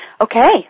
Okay